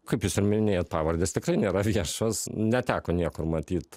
kaip jūs ir minėjot pavardės tikrai nėra viešos neteko niekur matyt